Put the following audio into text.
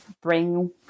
bring